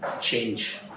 change